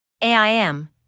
AIM